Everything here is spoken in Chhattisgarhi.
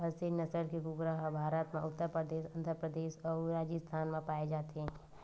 असेल नसल के कुकरा ह भारत म उत्तर परदेस, आंध्र परदेस अउ राजिस्थान म पाए जाथे